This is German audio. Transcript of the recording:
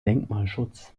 denkmalschutz